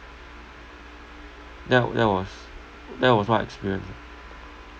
that wa~ that was that was what I experienced ah